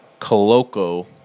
Coloco